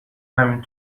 همین